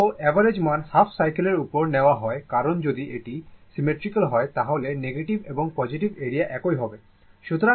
তো অ্যাভারেজ মান হাফ সাইকেলের উপর নেওয়া হয় কারণ যদি এটি সিমেট্রিক্যাল হয় তাহলে নেগেটিভ এবং পজিটিভ এরিয়া একই হবে